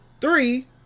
Three